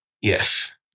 Yes